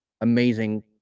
amazing